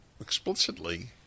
explicitly